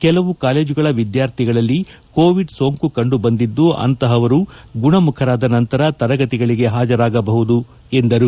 ಕೆಲವು ಕಾಲೇಜುಗಳ ವಿದ್ದಾರ್ಥಿಗಳಿಗೆ ಕೋವಿಡ್ ಸೋಂಕು ಕಂಡು ಬಂದಿದ್ದು ಅಂಥವರು ಗುಣಮುಖರಾದ ನಂತರ ತರಗತಿಗಳಿಗೆ ಹಾಜರಾಗಬಹುದು ಎಂದರು